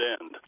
end